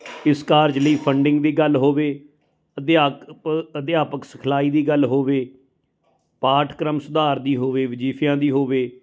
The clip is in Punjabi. ਇਸ ਕਾਰਜ ਲਈ ਫੰਡਿੰਗ ਦੀ ਗੱਲ ਹੋਵੇ ਅਧਿਆਕਪ ਅਧਿਆਪਕ ਸਿਖਲਾਈ ਦੀ ਗੱਲ ਹੋਵੇ ਪਾਠਕ੍ਰਮ ਸੁਧਾਰ ਦੀ ਹੋਵੇ ਵਜੀਫਿਆਂ ਦੀ ਹੋਵੇ